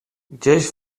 gdzieś